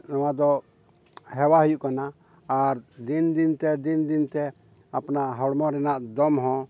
ᱱᱚᱣᱟ ᱫᱚ ᱦᱮᱣᱟ ᱦᱩᱭᱩᱜ ᱠᱟᱱᱟ ᱟᱨ ᱫᱤᱱ ᱫᱤᱱᱛᱮ ᱫᱤᱱ ᱫᱤᱱᱛᱮ ᱟᱯᱱᱟᱨ ᱦᱚᱲᱢᱚ ᱨᱮᱱᱟᱜ ᱫᱚᱢ ᱦᱚᱸ